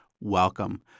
welcome